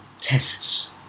tests